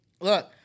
Look